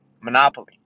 monopoly